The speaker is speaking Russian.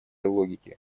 логике